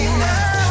now